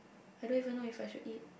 I don't even know if I should eat